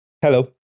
Hello